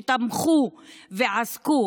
שתמכו ועסקו.